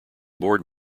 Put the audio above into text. board